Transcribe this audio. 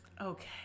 Okay